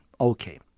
Okay